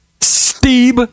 Steve